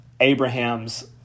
Abraham's